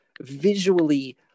visually